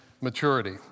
maturity